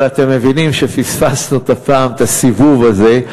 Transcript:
אבל אתם מבינים שפספסנו הפעם את הסיבוב הזה.